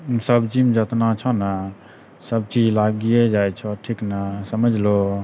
सब्जीमे जितना छौ ने सबचीज लागिये जाइ छौ ठीक ने समझलहुँ